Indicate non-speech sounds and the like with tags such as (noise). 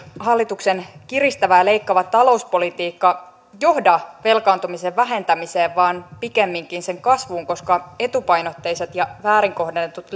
hallituksen kiristävä ja leikkaava talouspolitiikka johda velkaantumisen vähentämiseen vaan pikemminkin sen kasvuun koska etupainotteiset ja väärin kohdennetut (unintelligible)